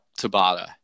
Tabata